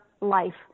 life